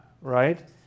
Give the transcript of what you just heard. right